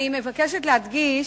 אני מבקשת להדגיש,